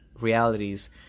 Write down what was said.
realities